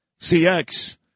CX